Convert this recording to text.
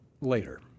later